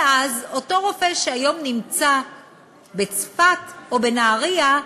ואז, אותו רופא שהיום נמצא בצפת או בנהריה,